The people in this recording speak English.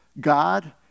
God